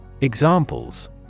Examples